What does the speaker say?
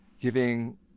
giving